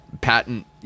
patent